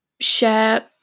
share